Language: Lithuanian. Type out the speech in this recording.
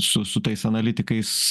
su su tais analitikais